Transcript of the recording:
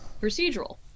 procedural